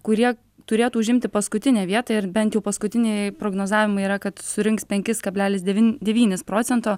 kurie turėtų užimti paskutinę vietą ir bent jau paskutiniai prognozavimai yra kad surinks penkis kablelis devin devynis procento